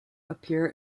appear